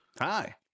Hi